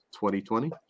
2020